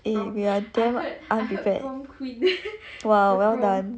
eh we are damn unprepared !wow! well done